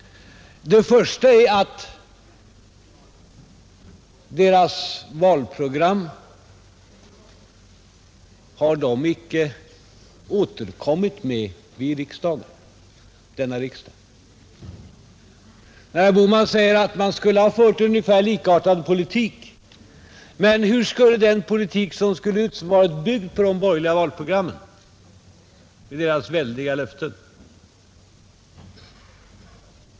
Det första är att de inte har återkommit med sina valprogram vid denna riksdag. Herr Bohman säger att man skulle ha fört en ungefär likartad politik. Men hur skulle den politik se ut som varit byggd på de borgerliga valprogrammen med deras väldiga löften?